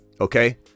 Okay